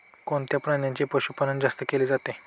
कोणत्या प्राण्याचे पशुपालन जास्त केले जाते?